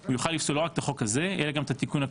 יוכל לפסול לא רק את החוק הזה אלא גם את התיקון הקודם.